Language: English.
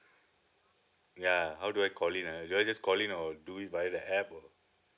ya how do I call in ah do I just call in or do it by the app or